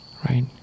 right